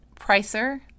Pricer